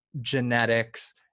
genetics